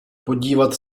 podívat